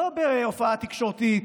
לא בהופעה תקשורתית,